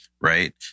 Right